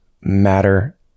matter